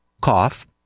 cough